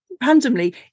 randomly